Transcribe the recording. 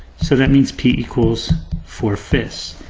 so that means p equals four fifths.